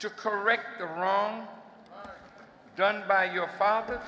to correct the wrong done by your father